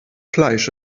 fleisch